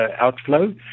outflow